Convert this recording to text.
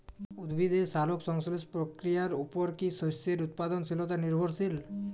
উদ্ভিদের সালোক সংশ্লেষ প্রক্রিয়ার উপর কী শস্যের উৎপাদনশীলতা নির্ভরশীল?